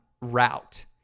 route